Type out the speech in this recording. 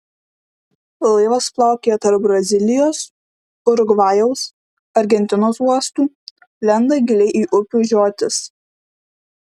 laivas plaukioja tarp brazilijos urugvajaus argentinos uostų lenda giliai į upių žiotis